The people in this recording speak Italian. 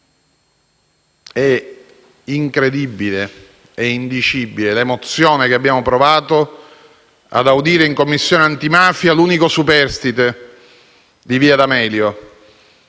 È incredibile e indicibile l'emozione che abbiamo provato nell'audire in Commissione antimafia l'unico superstite di via D'Amelio